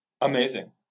Amazing